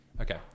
Okay